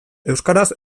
euskaraz